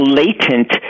latent